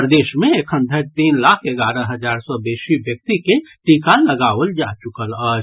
प्रदेश मे एखन धरि तीन लाख एगारह हजार सँ बेसी व्यक्ति के टीका लगाओल जा चुकल अछि